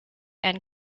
and